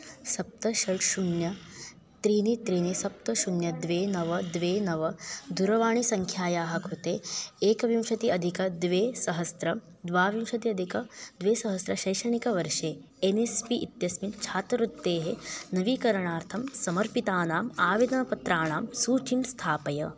सप्त षट् शून्यं त्रीणि त्रीणि सप्त शून्यं द्वे नव द्वे नव दूरवाणीसङ्ख्यायाः कृते एकविंशत्यधिक द्विसहस्रं द्वाविंशत्यधिक द्विसहस्र शैक्षणिकवर्षे एन् एस् पी इत्यस्मिन् छात्रवृत्तेः नवीकरणार्थं समर्पितानाम् आवेदनपत्राणां सूचीं स्थापय